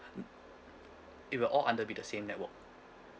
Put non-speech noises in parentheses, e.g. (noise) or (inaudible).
(noise) it will all under be the same network